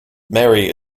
mary